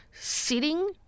Sitting